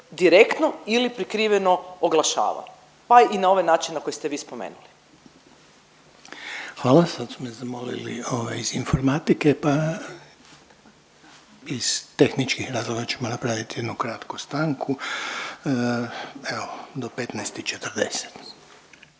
direktno ili prikriveno oglašava pa i na ovaj način na koji ste vi spomenuli. **Reiner, Željko (HDZ)** Hvala. Sad su me zamolili ovi iz informatike, pa iz tehničkih razloga ćemo napraviti jednu kratku stanku. Evo do 15,40.